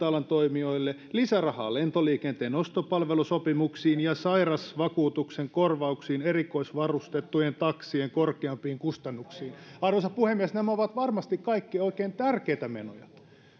alan toimijoille lisärahaa lentoliikenteen ostopalvelusopimuksiin ja sairausvakuutuksen korvauksiin erikoisvarustettujen taksien korkeammmista kustannuksista arvoisa puhemies nämä ovat varmasti kaikki oikein tärkeitä menoja